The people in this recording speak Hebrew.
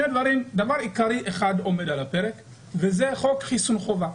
דבר עיקרי אחד עומד על הפרק וזה חוק חיסון חובה.